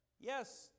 Yes